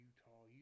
Utah